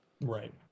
Right